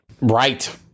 Right